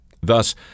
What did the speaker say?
Thus